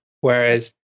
Whereas